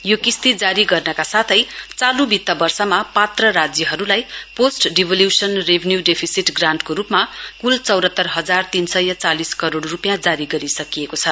यो किश्ती जारी गर्नका साथै चालू वित्त वर्षमा पात्र राज्यहरूलाई post devolution revenue deficit grant को रूपमा कुल चौरात्तर हजार तीन सय चालिस करोड़ रूपियाँ जारी गरिसकिएको छ